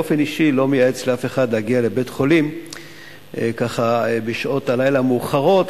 באופן אישי לא מייעץ לאף אחד להגיע לבית-חולים בשעות הלילה המאוחרות,